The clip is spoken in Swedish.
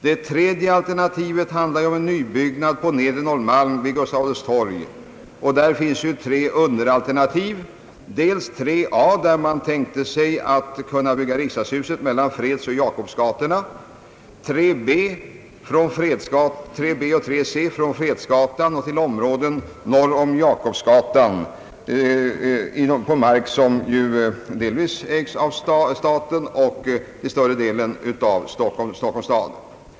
Det tredje alternativet handlar om en nybyggnad på nedre Norrmalm vid Gustav Adolfs torg, och där finns tre underalternativ: 3 a där man tänker sig att kunna bygga riksdagshuset mellan Fredsoch Jakobsgatorna, 3 b och 3 c från Fredsgatan till områden norr om Jakobsgatan på mark som delvis ägs av staten men till större delen av Stockholms stad.